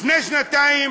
לפני שנתיים